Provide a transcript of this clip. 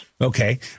Okay